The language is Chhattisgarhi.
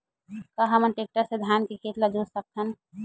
का हमन टेक्टर से धान के खेत ल जोत सकथन?